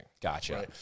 Gotcha